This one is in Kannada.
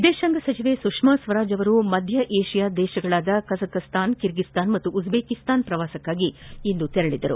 ವಿದೇಶಾಂಗ ಸಚಿವೆ ಸುಷ್ಮಾ ಸ್ವರಾಜ್ ಮಧ್ಯ ಏಷ್ಯಾ ದೇಶಗಳಾದ ಕಜಕ್ಸ್ತಾನ್ ಕಿರ್ಗಿಸ್ತಾನ್ ಹಾಗೂ ಉಜ್ಬೇಕಿಸ್ತಾನ್ ಪ್ರವಾಸಕ್ಕಾಗಿ ಇಂದು ತೆರಳಿದರು